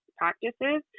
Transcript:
practices